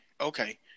okay